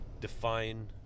define